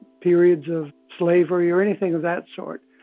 periods of slavery or anything of that sort,